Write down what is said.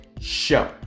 Show